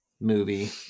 movie